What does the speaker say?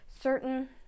certain